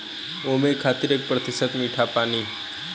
ओमें खातिर एक प्रतिशत मीठा पानी